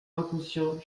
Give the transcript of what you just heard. inconscient